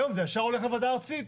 היום זה ישר הולך לוועדה ארצית.